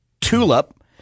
Tulip